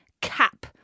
cap